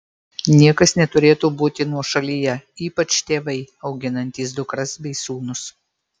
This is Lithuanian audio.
niekas neturėtų būti nuošalyje ypač tėvai auginantys dukras bei sūnus